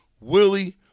Willie